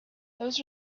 those